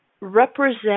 represent